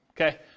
okay